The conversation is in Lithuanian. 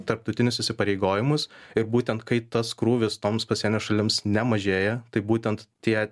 tarptautinius įsipareigojimus ir būtent kai tas krūvis toms pasienio šalims nemažėja tai būtent tie